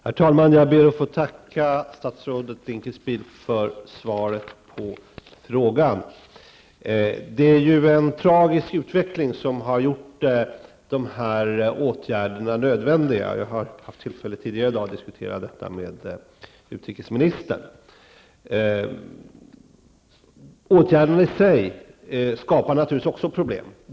Herr talman! Jag ber att få tacka statsrådet Dinkelspiel för svaret på frågan. Det är en tragisk utveckling som har gjort dessa åtgärder nödvändiga. Jag har haft tillfälle att tidigare i dag diskutera detta med utrikesministern. Åtgärderna i sig skapar också problem.